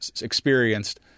experienced